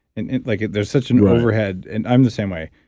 and like there's such an overhead. and i'm the same way.